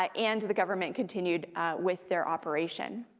ah and the government continued with their operation.